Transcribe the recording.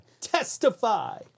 testify